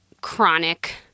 chronic